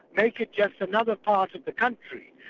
make it just another part of the country.